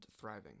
thriving